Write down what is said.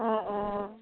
অঁ অঁ